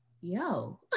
yo